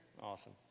Awesome